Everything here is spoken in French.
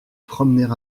promener